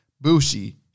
Bushi